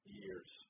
years